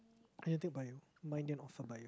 I never take Bio mine never offered Bio